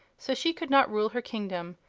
so she could not rule her kingdom.